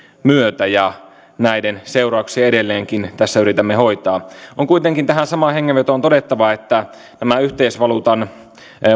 myötä ja näiden seurauksia edelleenkin tässä yritämme hoitaa on kuitenkin tähän samaan hengenvetoon todettava että nämä yhteisvaluutan